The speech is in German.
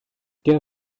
der